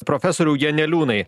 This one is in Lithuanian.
profesoriau janeliūnai